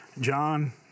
John